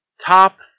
top